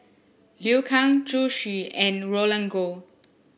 Liu Kang Zhu Xu and Roland Goh